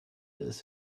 ist